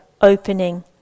opening